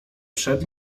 przed